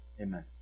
Amen